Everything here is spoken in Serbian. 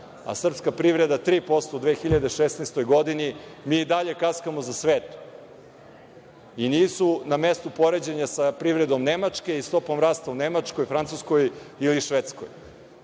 a srpska privreda 3% u 2016. godini, mi i dalje kaskamo za svetom, i nisu na mestu poređenja sa privredom Nemačke i stopom rasta u Nemačkoj, Francuskoj ili Švedskoj.